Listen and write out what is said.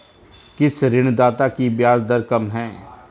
किस ऋणदाता की ब्याज दर कम है?